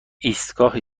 ایستگاه